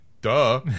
duh